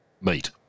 meet